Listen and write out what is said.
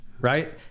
right